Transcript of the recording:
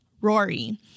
Rory